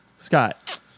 Scott